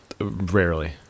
Rarely